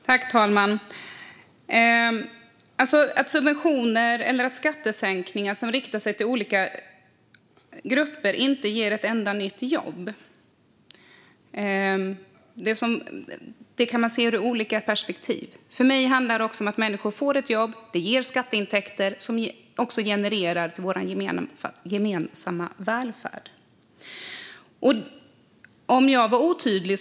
Fru talman! Att subventioner eller skattesänkningar som riktar sig till olika grupper inte ger ett enda nytt jobb kan man se ur olika perspektiv. För mig handlar det också om att människor får ett jobb. Det ger skatteintäkter som också genererar intäkter till vår gemensamma välfärd. Jag kanske var otydlig.